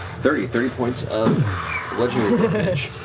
thirty three points of bludgeoning damage.